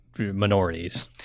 minorities